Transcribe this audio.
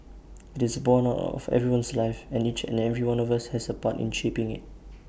IT is borne out of everyone's life and each and every one of us has A part in shaping IT